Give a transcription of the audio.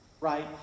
Right